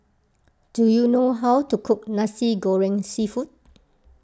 do you know how to cook Nasi Goreng Seafood